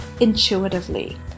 intuitively